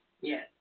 Yes